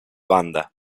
banda